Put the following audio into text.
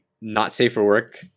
not-safe-for-work